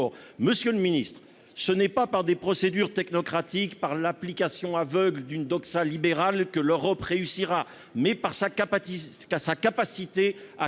Monsieur le Ministre, ce n'est pas par des procédures technocratique par l'application aveugle d'une doxa libérale que l'Europe réussira mais par sa capacité